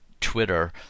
Twitter